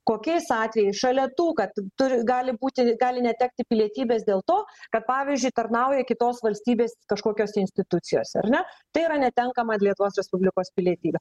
kokiais atvejais šalia tų kad turi gali būti gali netekti pilietybės dėl to kad pavyzdžiui tarnauja kitos valstybės kažkokiose institucijose ar ne tai yra netenkama lietuvos respublikos pilietybę